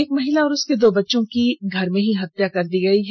एक महिला और उसके दो बच्चों की धर में ही हत्या कर दी गई है